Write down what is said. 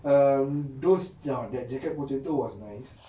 um those ya that jacket potato was nice